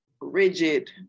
rigid